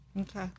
Okay